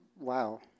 Wow